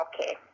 Okay